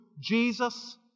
Jesus